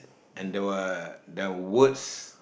and there were their words